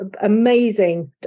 amazing